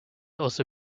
also